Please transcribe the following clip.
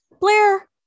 Blair